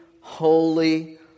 holy